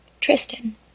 Tristan